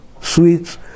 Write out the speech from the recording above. sweets